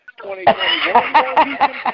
2021